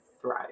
thrive